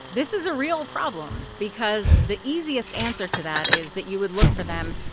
this is a real problem because the easiest answer to that is that you would look for them,